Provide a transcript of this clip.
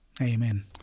Amen